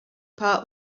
part